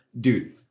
Dude-